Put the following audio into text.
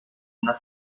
una